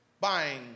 buying